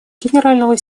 генерального